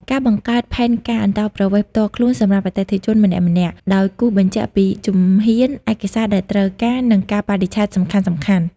ការបង្កើតផែនការអន្តោប្រវេសន៍ផ្ទាល់ខ្លួនសម្រាប់អតិថិជនម្នាក់ៗ ដោយគូសបញ្ជាក់ពីជំហាន ឯកសារដែលត្រូវការ និងកាលបរិច្ឆេទសំខាន់ៗ។